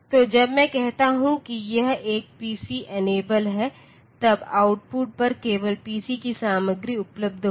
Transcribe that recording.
तो जब मैं कहता हूं कि यह एक पीसी इनेबल्ड है तब आउटपुट पर केवल पीसी की सामग्री उपलब्ध होगी